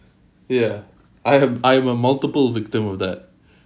ya I'm~ I am a multiple victim of that